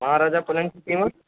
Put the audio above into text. مہاراجہ پلنگ کی قیمت